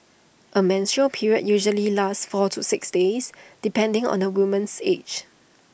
A menstrual period usually lasts four to six days depending on the woman's age